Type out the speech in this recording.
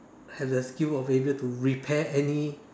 have the skill of able to repair any